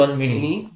mini